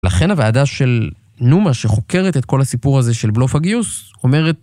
לכן הוועדה של נומה שחוקרת את כל הסיפור הזה של בלוף הגיוס אומרת